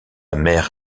mère